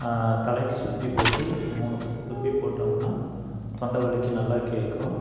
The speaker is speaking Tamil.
தலைக்கு சுற்றி போட்டு மூணு துப்பு துப்பி போட்டமுன்னால் தொண்ட வலிக்கு நல்லா கேட்கும்